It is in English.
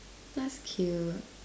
that's cute